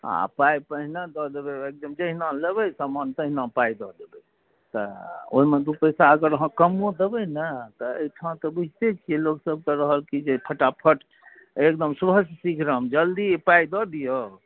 आओर पाइ पहिने दऽ देबै एकदम जहिना लेबै समान तहिना पाइ दऽ देबै तऽ ओहिमे दुइ पइसा अगर अहाँ कमो देबै ने तऽ एहिठाम तऽ बुझिते छिए लोकसबके रहल कि जे फटाफट एकदम शुभस्य शीघ्रम जल्दी पाइ दऽ दिऔ